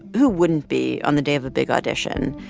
who wouldn't be on the day of a big audition?